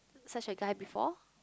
such a guy before